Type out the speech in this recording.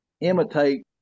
imitate